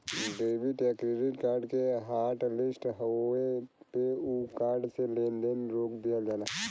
debit या credit card के hotlist होये पे उ कार्ड से लेन देन रोक दिहल जाला